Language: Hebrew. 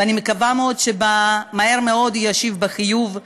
ואני מקווה מאוד שמהר מאוד הוא ישיב בחיוב,